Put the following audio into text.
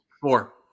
Four